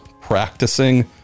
practicing